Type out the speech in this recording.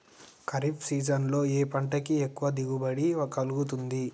Kharif season లో ఏ పంట కి ఎక్కువ దిగుమతి కలుగుతుంది?